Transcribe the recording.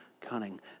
cunning